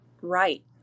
right